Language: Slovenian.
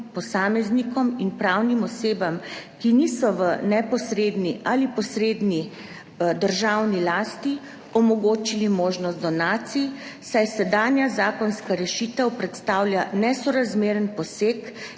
posameznikom in pravnim osebam, ki niso v neposredni ali posredni državni lasti, omogočili možnost donacij, saj sedanja zakonska rešitev predstavlja nesorazmeren poseg